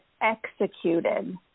executed